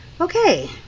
Okay